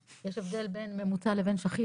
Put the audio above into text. יש הבדל בין ממוצע לבין שכיח,